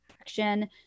action